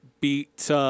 beat –